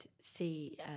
see